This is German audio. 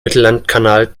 mittellandkanal